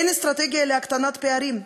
אין אסטרטגיה להקטנת פערים,